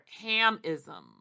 Hamism